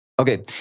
Okay